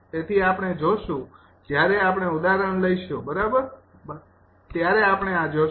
તેથી આ આપણે આ જોશું જ્યારે આપણે ઉદાહરણ લઈશું બરાબર ત્યારે આપણે આ જોશું